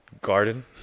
Garden